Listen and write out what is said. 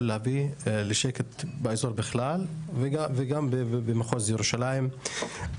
להביא לשקט באזור בכלל וגם במחוז ירושלים.